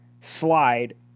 slide